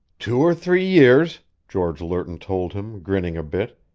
two or three years, george lerton told him, grinning a bit.